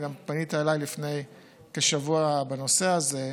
אתה פנית אליי גם לפני כשבוע בנושא הזה.